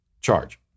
Charge